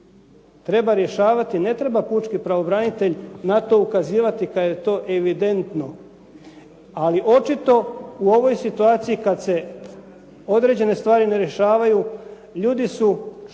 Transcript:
treba rješavati, ne treba pučki pravobranitelj na to ukazivati kad je to evidentno ali očito u ovoj situaciji kad se određene stvari ne rješavaju ljudi su što